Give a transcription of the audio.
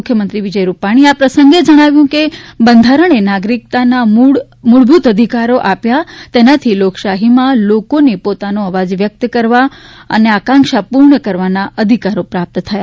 મુખ્યમંત્રી વિજય રૂપાણીએ આ પ્રસંગે જણાવ્યું કે બંધારણે નાગરિકતાના મૂળભૂત અધિકારો આપ્યા તેનાથી લોકશાહીમાં લોકોને પોતાનો અવાજ વ્યક્ત કરવા આકાંક્ષા પૂર્ણ કરવાના અધિકારો પ્રાપ્ત થયા